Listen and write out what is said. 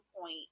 point